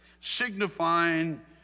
signifying